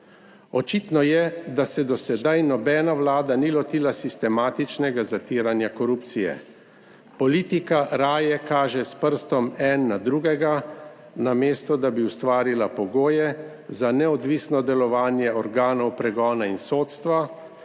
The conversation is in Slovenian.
Očitno je, da se do sedaj nobena vlada ni lotila sistematičnega zatiranja korupcije. Politika raje kaže s prstom en na drugega, namesto da bi ustvarila pogoje za neodvisno delovanje organov pregona in sodstva,